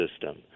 system